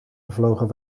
vlogen